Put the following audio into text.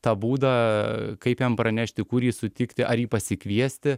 tą būdą kaip jam pranešti kur jį sutikti ar jį pasikviesti